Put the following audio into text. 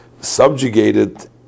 subjugated